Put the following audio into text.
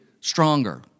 stronger